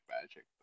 Magic